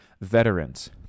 veterans